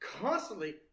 constantly